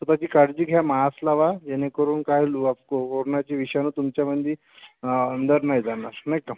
स्वतःची काळजी घ्या मास्क लावा जेणेकरून काय करोनाचे विषाणू तुमच्यामध्ये अंदर नाही जाणार नाही का